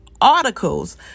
articles